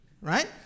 right